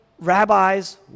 rabbis